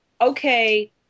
Okay